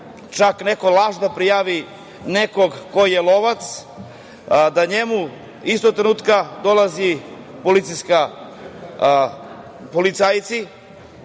čak neko lažno prijavi nekog ko je lovac, da njemu istog trenutka dolaze policajci,